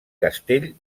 castell